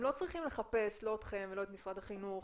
הם לא צריכים לחפש לא אתכם ולא את משרד החינוך.